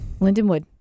Lindenwood